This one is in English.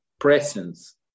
presence